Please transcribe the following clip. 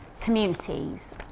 communities